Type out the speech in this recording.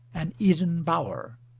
and eden bower.